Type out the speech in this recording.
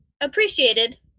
appreciated